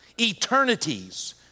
eternities